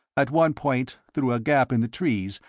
at one point, through a gap in the trees,